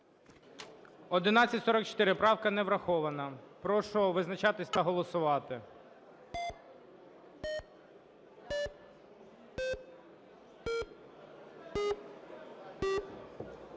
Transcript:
1515 комітетом не врахована. Прошу визначатись та голосувати.